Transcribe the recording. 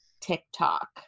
TikTok